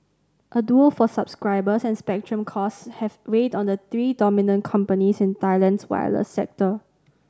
a duel for subscribers and spectrum costs have weighed on the three dominant companies in Thailand's wireless sector